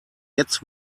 jetzt